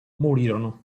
morirono